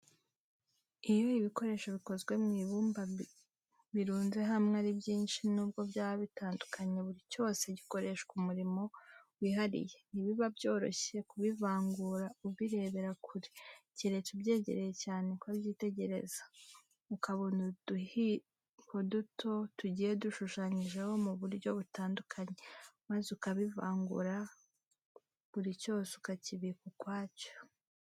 Iyo ibikoresho bikozwe mu ibumba birunze hamwe ari byinshi n'ubwo biba bitandukanye, buri cyose gikoreshwa umurimo wihariye, ntibiba byoroshye kubivangura ubirebera kure, keretse ubyegereye cyane ukabyitegereza, ukabona uduhiro duto tugiye dushushanyijeho mu buryo butandukanye, maze ukabivangura buri cyose ukakibika ukwacyo.